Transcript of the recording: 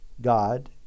God